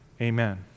Amen